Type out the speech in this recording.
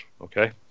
okay